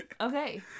Okay